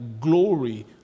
glory